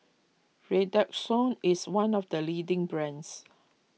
Redoxon is one of the leading brands